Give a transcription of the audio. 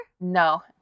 No